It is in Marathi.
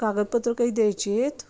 कागदपत्र काही द्यायची आहेत